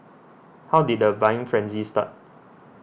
how did the buying frenzy start